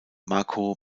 marco